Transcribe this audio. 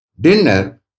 Dinner